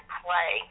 play